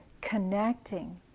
connecting